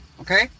Okay